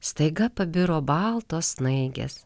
staiga pabiro baltos snaigės